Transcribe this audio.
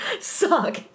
suck